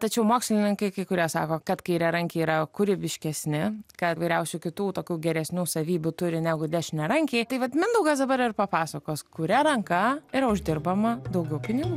tačiau mokslininkai kai kurie sako kad kairiarankiai yra kūrybiškesni kad įvairiausių kitų tokių geresnių savybių turi negu dešiniarankiai tai vat mindaugas dabar ir papasakos kuria ranka yra uždirbama daugiau pinigų